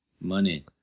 money